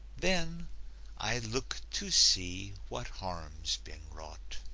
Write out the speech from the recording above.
then i look to see what harm's been wrought.